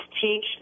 teach